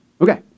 Okay